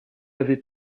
avait